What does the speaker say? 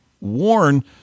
warn